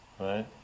Right